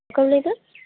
ᱚᱠᱚᱭᱮᱢ ᱞᱟᱹᱭᱫᱟ